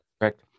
Correct